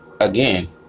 again